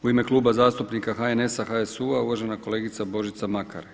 U ime Kluba zastupnika HNS-HSU-a uvažena kolegica Božica Makar.